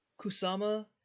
Kusama